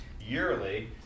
yearly